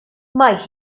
mae